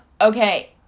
Okay